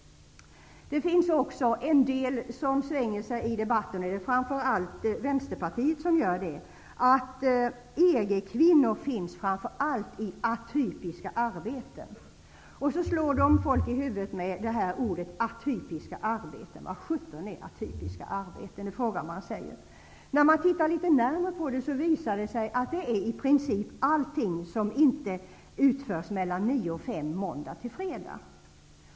Det finns också en del, framför allt inom Vänsterpartiet, som i debatten brukar hävda att EG-kvinnor framför allt finns i ''atypiska arbeten''. Sedan slår de folk i huvudet med uttrycket ''atypiska arbeten''. Man frågar sig då: Vad sjutton är ''atypiska arbeten''? När man tittar litet närmre på det visar det sig att det är i princip alla arbeten som inte utförs mellan nio och fem måndag--fredag.